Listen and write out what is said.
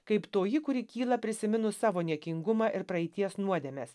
kaip toji kuri kyla prisiminus savo niekingumą ir praeities nuodėmes